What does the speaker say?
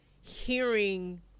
hearing